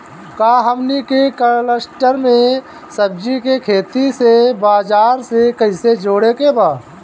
का हमनी के कलस्टर में सब्जी के खेती से बाजार से कैसे जोड़ें के बा?